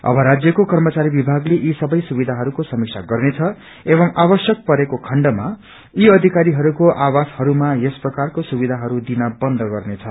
अब राज्यको कर्मचारी विभागले यी सवै सुविधाहरूमो समीक्षा गर्नेछ एव आवश्यक परेको खण्डमा यी अधिकारीहरूको आवासहरूमा यस प्रकारको सुवियाहरू दिन बन्द गर्नेछ